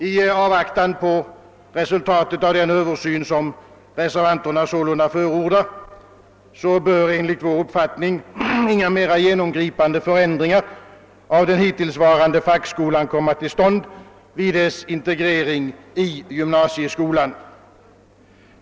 I avvaktan på resultatet av den översyn som reservanterna förordar bör enligt vår uppfattning inga mera genomgripande förändringar av den bhittillsvarande fackskolan göras vid dess integrering i gymnasieskolan.